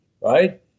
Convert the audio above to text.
right